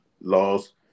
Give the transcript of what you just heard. laws